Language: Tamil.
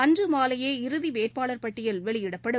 அன்று மாலையே இறுதி வேட்பாளர் பட்டியல் வெளியிடப்படும்